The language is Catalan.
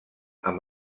amb